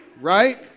Right